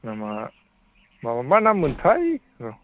नामा माबा मा नाममोनथाय र'